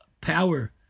power